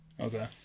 okay